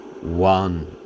One